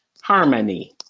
harmony